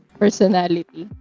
personality